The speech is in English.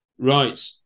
Right